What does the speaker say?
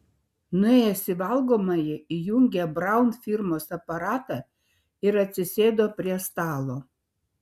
nuėjęs į valgomąjį įjungė braun firmos aparatą ir atsisėdo prie stalo